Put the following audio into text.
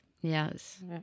Yes